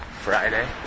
Friday